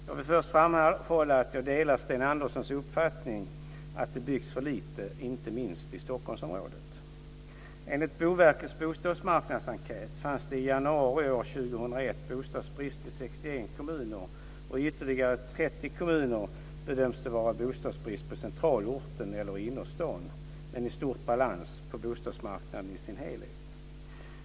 Jag vill först framhålla att jag delar Sten Anderssons uppfattning att det byggs för lite, inte minst i Enligt Boverkets bostadsmarknadsenkät fanns det i januari år 2001 bostadsbrist i 61 kommuner, och i ytterligare 30 kommuner bedöms det vara bostadsbrist på centralorten eller i innerstan, men i stort sett balans på bostadsmarknaden i sin helhet.